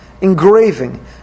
engraving